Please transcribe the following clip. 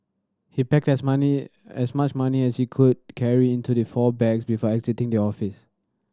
he packed as money as much money as he could carry into the four bags before exiting the office